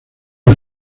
una